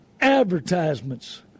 advertisements